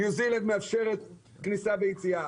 ניו זילנד מאפשרת כניסה ויציאה,